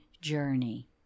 journey